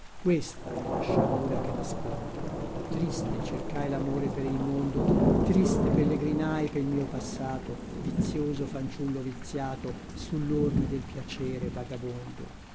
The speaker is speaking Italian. questa è la sciagura che nascondo triste cercai lamore per il mondo triste pellegrinai pel mio passato vizioso fanciullo viziato sullorme del piacere vagabondo